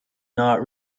not